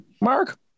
Mark